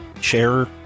share